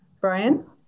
brian